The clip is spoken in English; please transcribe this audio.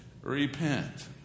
Repent